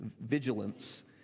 vigilance